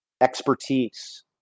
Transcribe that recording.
Expertise